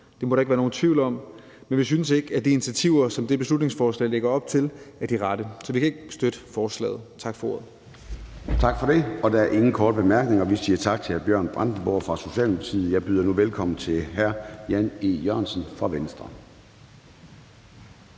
Det må der ikke være nogen tvivl om. Men vi synes ikke, at de initiativer, som det her beslutningsforslag lægger op til, er de rette. Så vi kan ikke støtte forslaget. Tak for ordet. Kl. 13:41 Formanden (Søren Gade): Tak for det. Der er ingen korte bemærkninger. Vi siger tak til hr. Bjørn Brandenborg fra Socialdemokratiet. Jeg byder nu velkommen til hr. Jan E. Jørgensen fra Venstre.